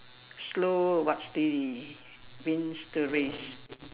slow but steady wins the race